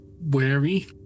wary